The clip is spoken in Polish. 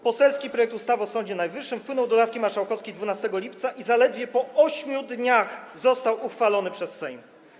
Poselski projekt ustawy o Sądzie Najwyższym wpłynął do laski marszałkowskiej 12 lipca i zaledwie po 8 dniach został uchwalony przez Sejm.